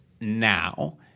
now